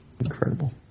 Incredible